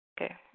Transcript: Okay